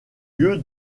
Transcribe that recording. lieu